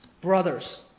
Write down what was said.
brothers